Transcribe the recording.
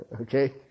Okay